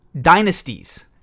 dynasties